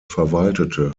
verwaltete